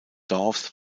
dorfes